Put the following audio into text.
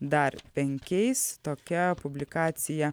dar penkiais tokia publikacija